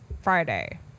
friday